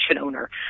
owner